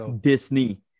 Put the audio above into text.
Disney